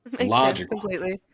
logical